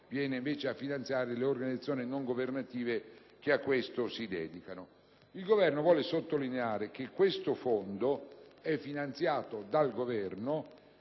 serve invece a finanziare le organizzazioni non governative che a questo si dedicano. Il Governo vuole sottolineare che questo Fondo è finanziato dal Governo,